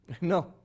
No